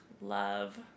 love